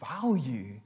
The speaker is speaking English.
value